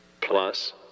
Plus